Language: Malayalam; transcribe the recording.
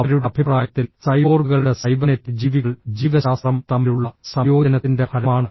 അവരുടെ അഭിപ്രായത്തിൽ സൈബോർഗുകളുടെ സൈബർനെറ്റിക് ജീവികൾ ജീവശാസ്ത്രം തമ്മിലുള്ള സംയോജനത്തിന്റെ ഫലമാണ്